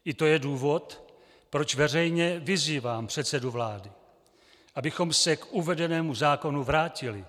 I to je důvod, proč veřejně vyzývám předsedu vlády, abychom se k uvedenému zákonu vrátili.